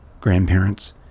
grandparents